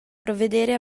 provvedere